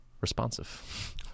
responsive